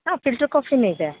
ಹಾಂ ಫಿಲ್ಟರ್ ಕಾಫಿನೂ ಇದೆ